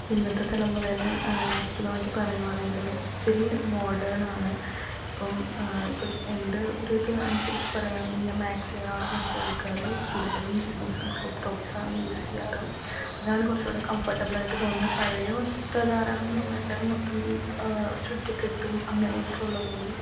ഇന്നത്തെ തലമുറേനെ ആസ്പദമാക്കി പറയുകയാണെങ്കിലോ ഒത്തിരി മോഡേണാണ് ഇപ്പം ഇപ്പം എൻ്റെ ഒരിത് അനുസരിച്ച് പറയുകയാണെങ്കിൽ ഞാൻ മാക്സിമം ഡ്രസ്സ് എടുക്കാറ് കൂടുതലും ജീൻസും ക്രോപ്പ് ടോപ്പ്സാണ് യൂസ് ചെയ്യാറ് അതാണ് കുറച്ച് കൂടി കംഫോർട്ടബിളായിട്ട് തോന്നുന്നത് പഴയ വസ്ത്രധാരണം പറയുകയാണെ വെച്ചാലും മൊത്തം ഈ ചുറ്റി കെട്ടും അങ്ങനെയൊക്കെയുള്ളത് കൊണ്ടും